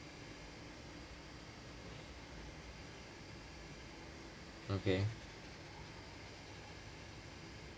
okay